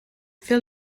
fer